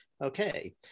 Okay